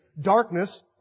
darkness